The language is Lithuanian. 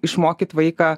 išmokyt vaiką